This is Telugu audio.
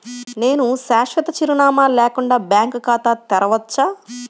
నేను శాశ్వత చిరునామా లేకుండా బ్యాంక్ ఖాతా తెరవచ్చా?